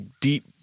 deep